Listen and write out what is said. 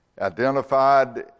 identified